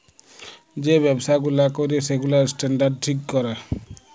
যে ব্যবসা গুলা ক্যরে সেগুলার স্ট্যান্ডার্ড ঠিক ক্যরে